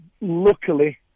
luckily